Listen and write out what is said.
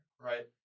right